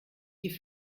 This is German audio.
die